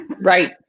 Right